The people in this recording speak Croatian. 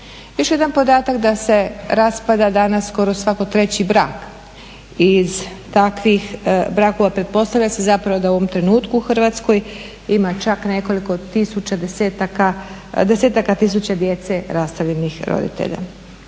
Još jedan podatak da se raspada danas skoro svaki treći brak. Iz takvih brakova pretpostavlja se da u ovom trenutku u Hrvatskoj ima čak nekoliko tisuća desetaka, desetaka tisuća djece rastavljenih roditelja.